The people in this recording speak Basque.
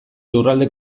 lurralde